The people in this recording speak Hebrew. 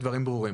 הדברים ברורים.